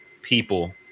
people